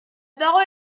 parole